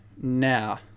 now